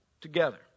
together